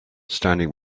standing